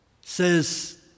says